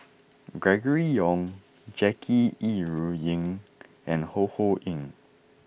Gregory Yong Jackie Yi Ru Ying and Ho Ho Ying